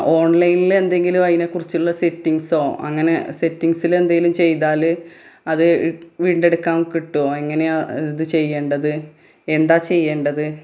ഓണ്ലൈനിൽ എന്തെങ്കിലും അതിനേക്കുറിച്ചുള്ള സെറ്റിങ്സ്സോ അങ്ങനെ സെറ്റിങ്ങ്സിലെന്തെങ്കിലും ചെയ്താൽ അത് വീണ്ടെടുക്കാന് കിട്ടുമോ എങ്ങനെയാണ് ഇത് ചെയ്യേണ്ടത് എന്താണ് ചെയ്യേണ്ടത്